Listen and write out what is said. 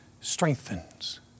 strengthens